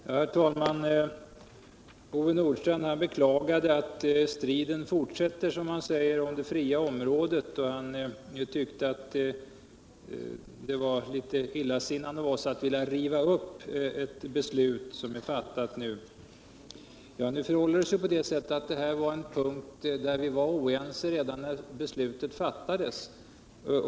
Herr talman! Ove Nordstrandh beklagade att striden fortsätter, som han sade, om det fria området och han tyckte att det var litet illasinnat av oss att vilja riva upp et beslut som är fattat. Men det här är en punkt där vi var oense redan när beslutet fattades.